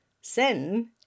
sin